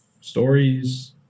stories